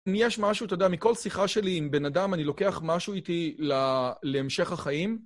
יש משהו, אתה יודע, מכל שיחה שלי עם בן אדם אני לוקח משהו איתי להמשך החיים.